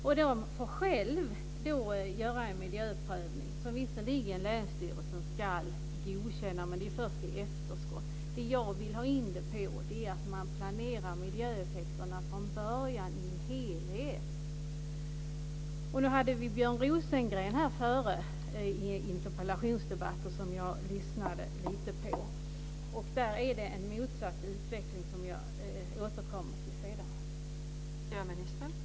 Och Vägverket får självt göra en miljöprövning, som länsstyrelsen visserligen ska godkänna, men det är ju först i efterskott. Jag vill att man ska planera miljöeffekterna från början i en helhet. Björn Rosengren var här tidigare och besvarade interpellationer, och jag lyssnade lite på dessa debatter. Där handlar det om en motsatt utveckling som jag återkommer till senare.